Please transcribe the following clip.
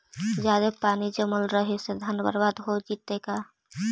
जादे पानी जमल रहे से धान बर्बाद हो जितै का?